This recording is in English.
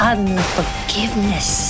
Unforgiveness